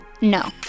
no